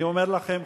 אני אומר לכם,